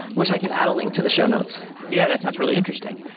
which i can add a link to the show notes yeah, that sounds really interesting.